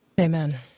Amen